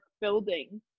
building